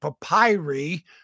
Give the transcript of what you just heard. papyri